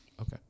Okay